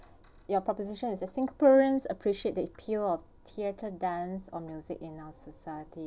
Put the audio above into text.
your proposition is that singaporeans appreciate that appeal of theatre dance or music in our society